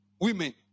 women